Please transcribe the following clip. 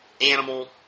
Animal